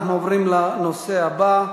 אנחנו עוברים לנושא הבא,